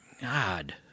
God